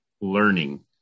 learning